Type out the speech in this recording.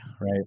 right